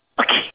okay